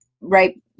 right